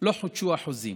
לא חודשו החוזים.